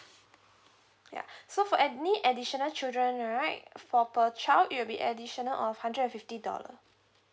ya so for any additional children right for per child it will be additional of hundred and fifty dollar